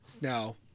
No